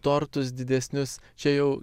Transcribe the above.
tortus didesnius čia jau